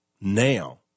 now